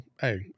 hey